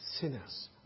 sinners